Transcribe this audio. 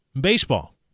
Baseball